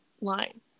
line